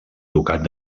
ducat